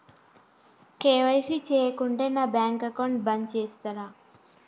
KYC చేయకుంటే నా bank account బంద్ చేస్తరా?